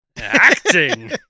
Acting